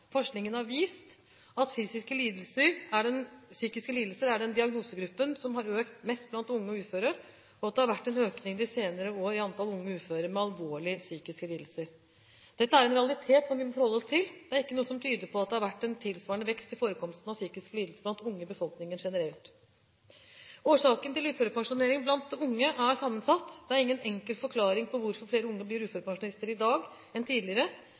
har vist at psykiske lidelser er den diagnosegruppen som har økt mest blant unge uføre, og at det har vært en økning de senere år i antallet unge uføre med alvorlige psykiske lidelser. Dette er en realitet som vi må forholde oss til. Det er ikke noe som tyder på at det har vært en tilsvarende vekst i forekomsten av psykiske lidelser blant unge i befolkningen generelt. Årsakene til uførepensjonering blant unge er sammensatt. Det er ingen enkel forklaring på hvorfor flere unge blir uførepensjonister i dag enn tidligere.